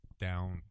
down